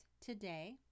today